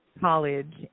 college